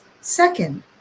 second